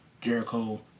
Jericho